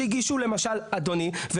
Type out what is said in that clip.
שלמשל אדוני הגיש,